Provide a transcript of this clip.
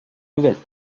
nouvelle